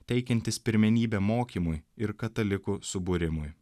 teikiantis pirmenybę mokymui ir katalikų subūrimui